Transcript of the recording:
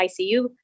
ICU